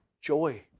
Joy